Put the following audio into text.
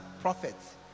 prophets